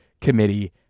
committee